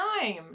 time